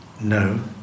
No